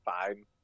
fine